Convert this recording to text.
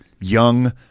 young